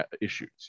issues